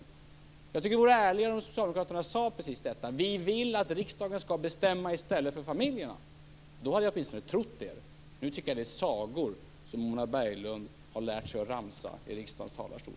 Jag tycker alltså att det vore ärligare om socialdemokraterna sade: Vi vill att riksdagen, inte familjerna, skall bestämma. Om ni hade uttryckt er så skulle jag åtminstone ha trott er. Nu tycker jag att det är fråga om sagor som Mona Berglund Nilsson har lärt sig att ramsa i riksdagens talarstol.